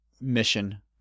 mission